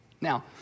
Now